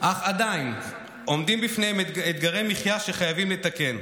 אך עדיין עומדים בפניהם אתגרי מחיה שחייבים לתקן.